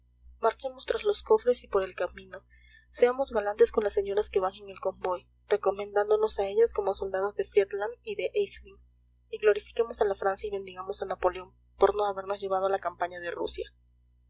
marchemos tras los cofres y por el camino seamos galantes con las señoras que van en el convoy recomendándonos a ellas como soldados de friedland y de essling y glorifiquemos a la francia y bendigamos a napoleón por no habernos llevado a la campaña de rusia